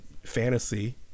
fantasy